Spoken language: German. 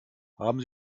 haben